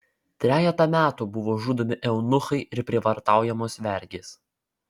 trejetą metų buvo žudomi eunuchai ir prievartaujamos vergės